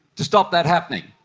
to stop that happening,